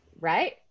Right